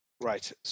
Right